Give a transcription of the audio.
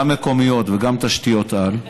גם מקומיות וגם תשתיות-על,